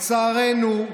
לצערנו,